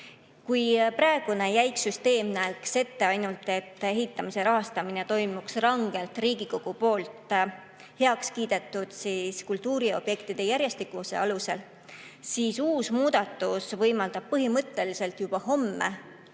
Praegune jäik süsteem näeks ette ainult seda, et ehitamise rahastamine toimuks rangelt Riigikogus heaks kiidetud kultuuriobjektide järjestatuse alusel, aga uus muudatus võimaldab põhimõtteliselt juba homme